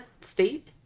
state